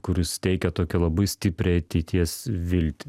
kuris teikia tokią labai stiprią ateities viltį